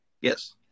Yes